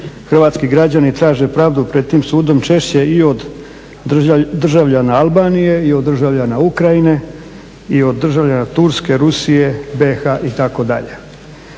hrvatski građani traže pravdu pred tim sudom češće i od državljana Albanije i od državljana Ukrajine i od državljana Turske, Rusije, BIH-a itd..